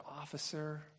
officer